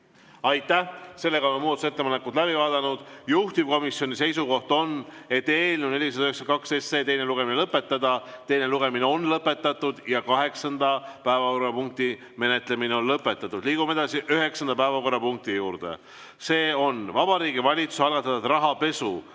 Aitäh! Sellega oleme muudatusettepanekud läbi vaadanud. Juhtivkomisjoni [ettepanek] on eelnõu 492 teine lugemine lõpetada. Teine lugemine on lõpetatud ja kaheksanda päevakorrapunkti menetlemine on lõpetatud. Liigume edasi üheksanda päevakorrapunkti juurde. See on Vabariigi Valitsuse algatatud rahapesu